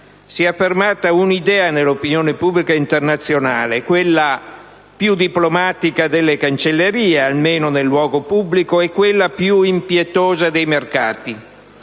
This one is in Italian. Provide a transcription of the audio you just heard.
Si è affermata nell'opinione pubblica internazionale, quella più diplomatica delle Cancellerie, almeno nel luogo pubblico, e quella più impietosa dei mercati,